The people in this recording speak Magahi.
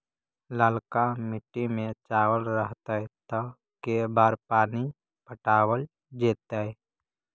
ललका मिट्टी में चावल रहतै त के बार पानी पटावल जेतै?